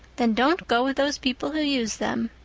then don't go with those people who use them.